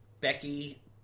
Becky